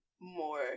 more